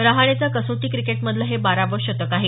रहाणेचं कसोटी क्रिकेटमधलं हे बारावं शतक आहे